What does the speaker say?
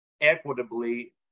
equitably